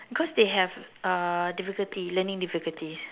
cause they have uh difficulty learning difficulties